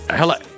hello